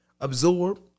absorb